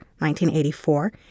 1984